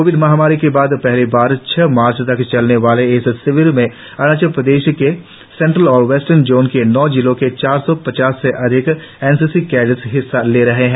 Covid महामारी के बाद पहली बार छह मार्च तक चलने वाले इस शिविर में अरुणाचल प्रदेश के सेंट्रल और वेस्टर्न जोन के नौ जिलों के चार सौ पचास से अधिक एन सी सी कैडेट्स हिस्सा ले रहे हैं